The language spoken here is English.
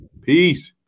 Peace